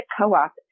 co-op